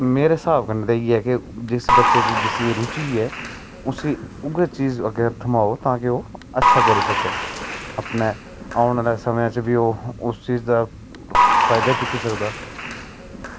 ते मेरे स्हाब कन्नै इयै कि जिस बच्चे च जिसगी रुचि ऐ उसी उऐ चीज़ अग्गें थमाो कि अग्गें ओह् अच्छा करी सकै अपने औने आह्ले समें च बी ओह् उस चीज़ दा फायदा चुक्की सकदा